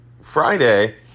Friday